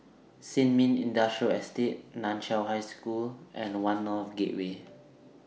Sin Ming Industrial Estate NAN Chiau High School and one North Gateway